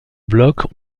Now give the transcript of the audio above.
blocs